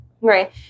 right